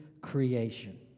creation